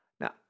Now